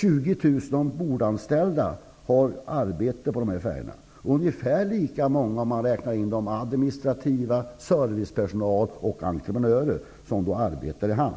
20 000 ombordanställda har arbete på dessa färjor. Det är fråga om ungefär lika många till om man räknar in den administrativa personalen, servicepersonal och entreprenörer som arbetar i hamn.